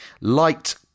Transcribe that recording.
light